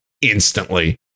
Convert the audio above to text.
instantly